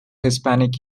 hispanic